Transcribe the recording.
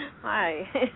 Hi